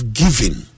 giving